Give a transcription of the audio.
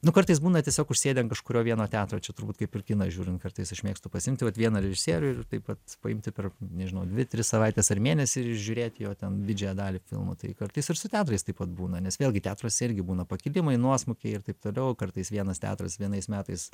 nu kartais būna tiesiog užsėdę ant kažkurio vieno teatro čia turbūt kaip ir kinas žiūrint kartais aš mėgstu pasiimti vieną režisierių ir taip vat paimti per nežinau dvi tris savaites ar mėnesį ir žiūrėti jo ten didžiąją dalį filmų tai kartais ir su teatrais taip pat būna nes vėlgi teatras irgi būna pakilimai nuosmukiai ir taip toliau kartais vienas teatras vienais metais